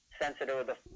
sensitive